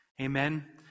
Amen